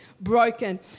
broken